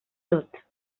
tot